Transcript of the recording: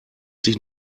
sich